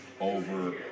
over